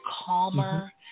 calmer